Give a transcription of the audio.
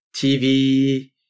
TV